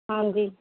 ਹਾਂਜੀ